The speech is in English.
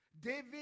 David